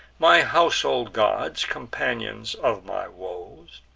my household gods, companions of my woes,